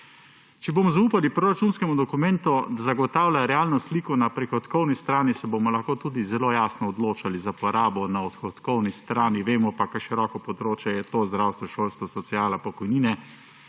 Če bomo zaupali proračunskemu dokumentu, da zagotavlja realno sliko na prihodkovni strani, se bomo lahko tudi zelo jasno odločali za porabo na odhodkovni strani, vemo pa, kako široko področje je to: zdravstvo, šolstvo, sociala, pokojnine,